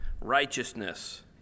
righteousness